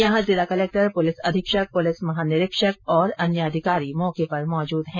यहां जिला collector police अधीक्षक पुलिस महानिरीक्षक और अन्य अधिकारी मौके पर मौजूद है